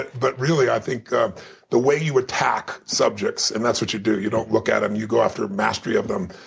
but really, i think the way you attack subjects and that's what you do. you don't look at them. you go after a mastery of them.